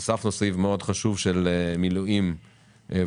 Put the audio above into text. הוספנו סעיף מאוד חשוב של מילואים ולידה.